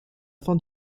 fin